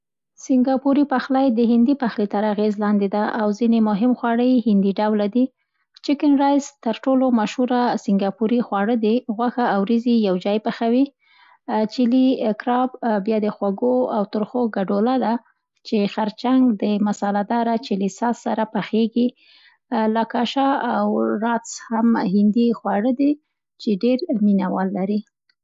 سینګاپوري پخلی د هندي پخلي تر اغېز لاندې ده او ځیني مهم خواړ یې هندي ډوله دي. چکن رایس دا تر ټولو مشهورو سنګاپوري خواړه دي. غوښه او وریځي یو جای پخوي. چلي کراب، بیا د خوږو او ترخو ګډوله ده، چي خرچنګ د مساله‌ داره چلي ساس سره پخېږي. لاکشا او راتس هم هندي خواړه دي چي ډېر مینه وال لري.